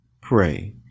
pray